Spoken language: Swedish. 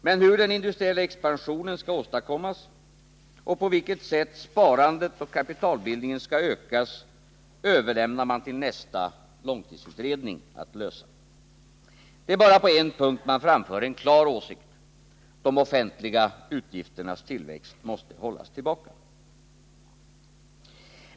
Men hur den industriella expansionen skall åstadkommas och på vilket sätt sparandet och kapitalbildningen skall ökas överlämnar man till nästa långtidsutredning att lösa. Det är bara på en punkt man framför en klar åsikt — de offentliga utgifternas tillväxt måste hållas tillbaka.